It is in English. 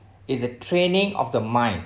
is a training of the mind